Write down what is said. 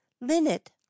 Linnet